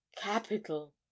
capital